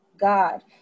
God